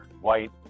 white